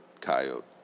coyote